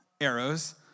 arrows